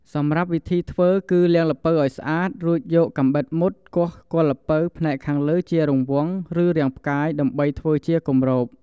សម្រាប់វិធីធ្វើគឺ លាងល្ពៅឲ្យស្អាត រួចយកកាំបិតមុតគាស់គល់ល្ពៅផ្នែកខាងលើជារង្វង់ ឬរាងផ្កាយ ដើម្បីធ្វើជាគម្រប។